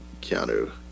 Keanu